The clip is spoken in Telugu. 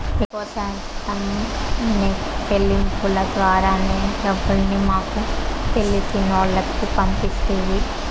ఎక్కవ శాతం నెప్టు సెల్లింపుల ద్వారానే డబ్బుల్ని మాకు తెలిసినోల్లకి పంపిస్తిని